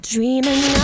Dreaming